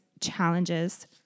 challenges